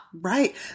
Right